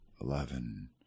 Eleven